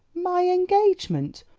my engagement!